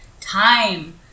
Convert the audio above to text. time